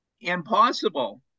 impossible